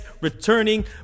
returning